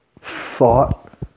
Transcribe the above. thought